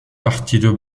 partido